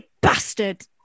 bastard